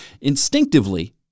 Instinctively